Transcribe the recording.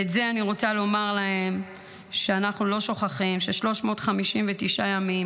אני רוצה לומר להם שאנחנו לא שוכחים ש-359 ימים,